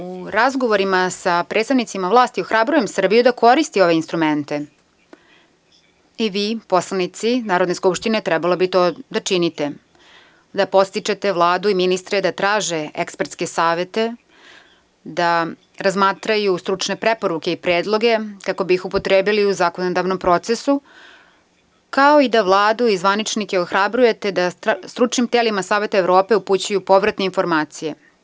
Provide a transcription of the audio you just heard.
U razgovorima sa predstavnicima vlasti ohrabrujem Srbiju da koristi ove instrumente i vi, poslanici Narodne skupštine trebalo bi to da činite, da podstičete Vladu i ministre da traže ekspertske savete, da razmatraju stručne preporuke i predloge kako bi ih upotrebili u zakonodavnom procesu, kao i da Vladu i zvaničnike ohrabrujete da stručnim telima Saveta Evrope upućuju povratne informacije.